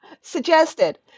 suggested